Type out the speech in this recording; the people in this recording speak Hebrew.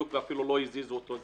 ואפילו לא הזיזו אותו.